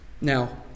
Now